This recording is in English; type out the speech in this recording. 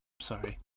Sorry